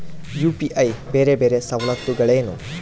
UPI ಬೇರೆ ಬೇರೆ ಸವಲತ್ತುಗಳೇನು?